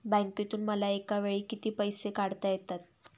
बँकेतून मला एकावेळी किती पैसे काढता येतात?